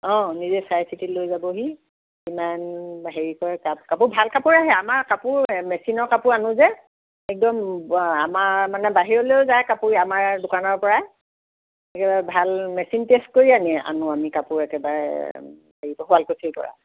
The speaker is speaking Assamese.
অঁ নিজে চাই চিটি লৈ যাবহি ইমান হেৰি কৰা কাপোৰ ভাল কাপোৰে আহে আমাৰ কাপোৰ মেচিনৰ কাপোৰ আনো যে একদম আমাৰ মানে বাহিৰলৈও যায় কাপোৰ আমাৰ দোকানৰ পৰা একেবাৰে ভাল মেচিন টেষ্ট কৰি আনি আনো আমি কাপোৰ একেবাৰে হেৰিৰ পৰা শুৱালকুছিৰ পৰা